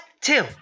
two